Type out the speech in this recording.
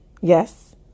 Yes